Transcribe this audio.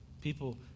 People